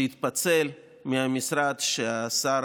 שיתפצל מהמשרד שהשר